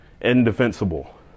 Indefensible